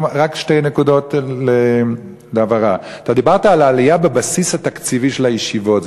רק שתי נקודות להבהרה: דיברת על העלייה בבסיס התקציב של הישיבות.